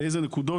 באילו נקודות,